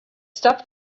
stop